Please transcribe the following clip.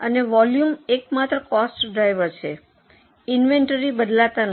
અને વોલ્યુમ એકમાત્ર cost driver છે ઇન્વેન્ટરી લેવલસ બદલાતા નથી